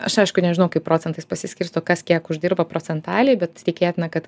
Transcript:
aš aišku nežinau kaip procentais pasiskirsto kas kiek uždirba procentaliai bet tikėtina kad